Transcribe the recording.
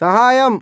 സഹായം